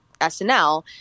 SNL